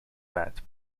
bat